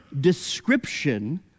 description